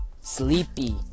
sleepy